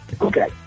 Okay